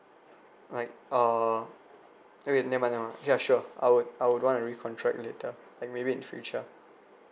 like uh okay never mind never mind ya sure I would I would want to recontract later maybe in future